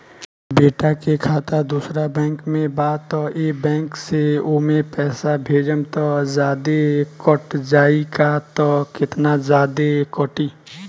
बेटा के खाता दोसर बैंक में बा त ए बैंक से ओमे पैसा भेजम त जादे कट जायी का त केतना जादे कटी?